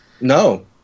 No